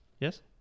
Yes